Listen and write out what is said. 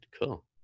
Cool